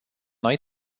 noi